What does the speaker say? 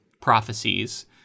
prophecies